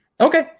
Okay